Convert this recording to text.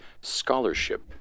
scholarship